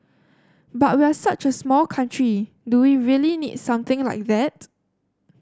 but we're such a small country do we really need something like that